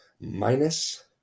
minus